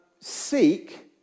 seek